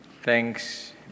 Thanks